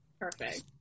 Perfect